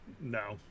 no